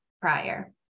prior